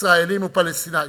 ישראלים ופלסטינים.